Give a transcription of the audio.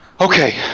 Okay